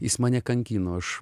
jis mane kankino aš